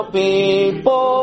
people